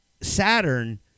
Saturn